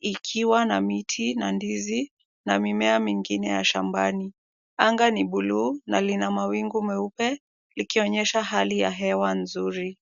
ikiwa na miti na ndizi na mimea mengine ya shambani. Anga ni buluu na lina mawingu meupe ikionyesha hali ya hewa nzuri.